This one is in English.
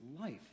life